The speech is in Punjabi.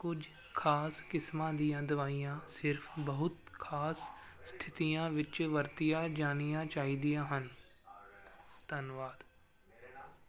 ਕੁਝ ਖਾਸ ਕਿਸਮਾਂ ਦੀਆਂ ਦਵਾਈਆਂ ਸਿਰਫ ਬਹੁਤ ਖਾਸ ਸਥਿਤੀਆਂ ਵਿੱਚ ਵਰਤੀਆਂ ਜਾਣੀਆਂ ਚਾਹੀਦੀਆਂ ਹਨ ਧੰਨਵਾਦ